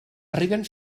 arriben